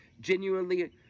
genuinely